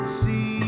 see